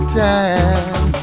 time